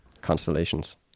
constellations